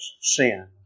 sin